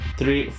three